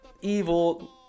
evil